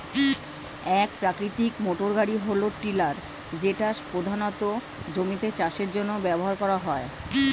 এক প্রকৃতির মোটরগাড়ি হল টিলার যেটা প্রধানত জমিতে চাষের জন্য ব্যবহার করা হয়